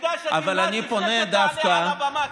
וכדאי שתלמד לפני שתעלה על הבמה,